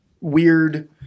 weird